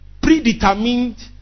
Predetermined